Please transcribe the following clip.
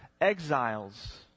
exiles